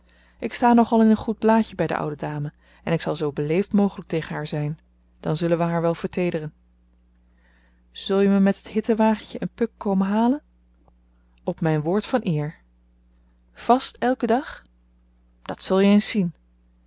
ik sta nogal in een goed blaadje bij de oude dame en ik zal zoo beleefd mogelijk tegen haar zijn dan zullen we haar wel verteederen zul je me met het hittenwagentje en puck komen halen op mijn woord van eer vast elken dag dat zul je eens zien